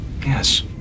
yes